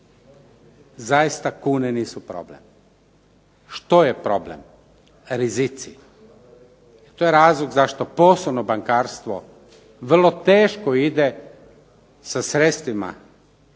Zaista kune nisu problem. Što je problem? Rizici. To je razlog zašto poslovno bankarstvo vrlo teško ide sa sredstvima koje